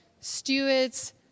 stewards